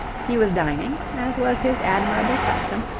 he was dining, as was his admirable custom,